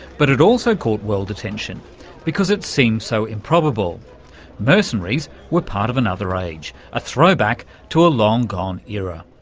but it also caught world attention because it seemed so improbable mercenaries were part of another age, a throw-back to a long gone era.